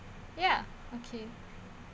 ya okay